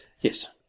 yes